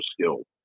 skills